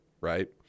right